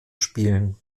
spielen